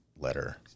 letter